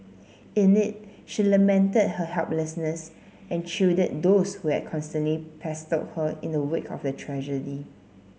in it she lamented her helplessness and chided those who had constantly pestered her in the wake of the tragedy